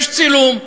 יש צילום.